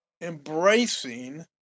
embracing